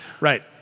Right